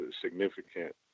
significant